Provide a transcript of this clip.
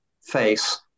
face